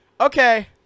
okay